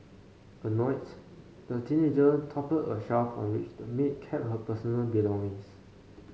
annoys the teenager toppled a shelf on which the maid kept her personal belongings